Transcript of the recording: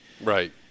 Right